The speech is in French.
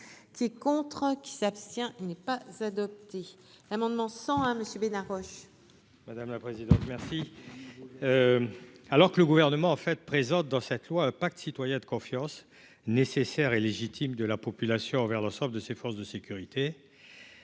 qui contre qui s'abstient, il n'est pas adopté l'amendement 101 monsieur Bena Roche. Madame la présidente, merci, alors que le gouvernement en fait présente dans cette loi pacte citoyen de confiance nécessaire et légitime de la population envers l'ensemble de ses forces de sécurité,